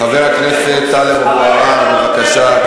חבר הכנסת טלב אבו עראר, בבקשה.